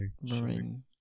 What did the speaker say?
Marine